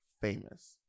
famous